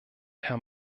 herr